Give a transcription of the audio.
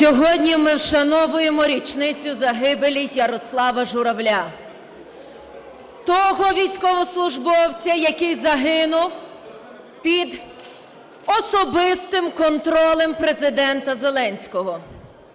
Сьогодні ми вшановуємо річницю загибелі Ярослава Журавля. Того військовослужбовця, який загинув під особистим контролем Президента Зеленського,